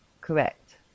correct